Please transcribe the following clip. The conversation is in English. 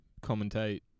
commentate